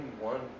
one